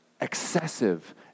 Excessive